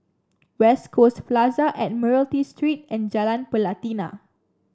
West Coast Plaza Admiralty Street and Jalan Pelatina